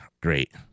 Great